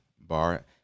bar